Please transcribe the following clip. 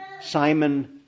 Simon